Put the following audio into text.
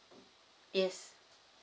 yes